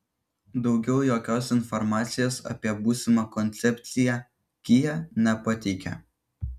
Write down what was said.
daugiau jokios informacijos apie būsimą koncepciją kia nepateikia